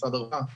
משרד הרווחה.